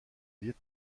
viêt